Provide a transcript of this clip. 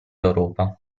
europa